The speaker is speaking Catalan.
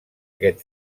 aquest